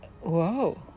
Whoa